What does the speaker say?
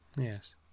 Yes